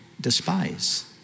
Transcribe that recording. despise